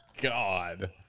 God